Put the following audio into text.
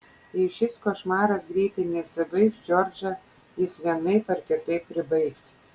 jei šis košmaras greitai nesibaigs džordžą jis vienaip ar kitaip pribaigs